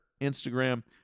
Instagram